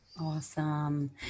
Awesome